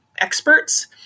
experts